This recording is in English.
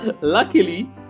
Luckily